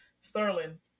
Sterling